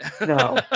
No